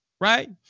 right